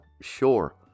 sure